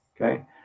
Okay